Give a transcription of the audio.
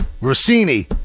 Rossini